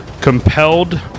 compelled